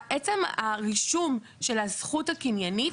עצם הרישום של הזכות הקניינית,